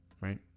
right